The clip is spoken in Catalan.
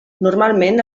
normalment